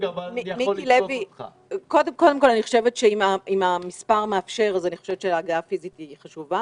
אני חושבת שאם המספר מאפשר אז הגעה פיזית היא חשובה,